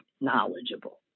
knowledgeable